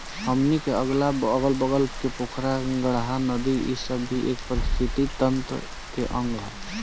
हमनी के अगल बगल के पोखरा, गाड़हा, नदी इ सब भी ए पारिस्थिथितिकी तंत्र के अंग ह